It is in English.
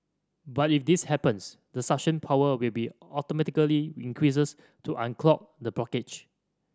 but if this happens the suction power will be automatically increased to unclog the blockage